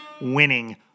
winning